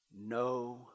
no